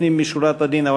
לפנים משורת הדין,